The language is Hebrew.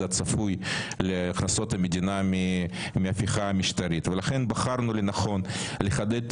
הצפוי להכנסות המדינה מההפיכה המשטרית ולכן בחרנו לנכון לחדד את